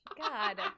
God